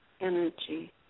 energy